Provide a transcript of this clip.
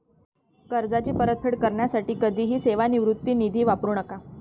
कर्जाची परतफेड करण्यासाठी कधीही सेवानिवृत्ती निधी वापरू नका